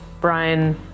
Brian